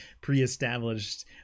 pre-established